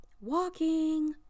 walking